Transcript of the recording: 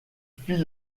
fit